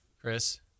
Chris